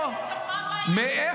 אם מישהו --- מה הבעיה?